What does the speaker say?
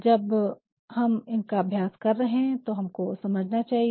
जब हम इसका अभ्यास कर रहे है हमको समझना चाहिए